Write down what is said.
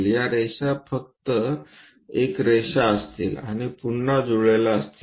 या रेषा फक्त एक रेषा असतील आणि पुन्हा जुळलेला असतील